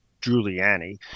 Giuliani